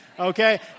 Okay